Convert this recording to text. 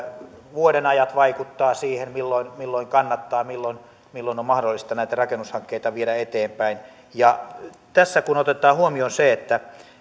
vuodenajat vaikuttavat siihen milloin milloin kannattaa ja milloin on mahdollista näitä rakennushankkeita viedä eteenpäin ja tässä kun otetaan huomioon se että